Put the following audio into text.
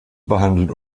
behandeln